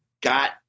got